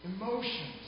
emotions